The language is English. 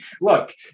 look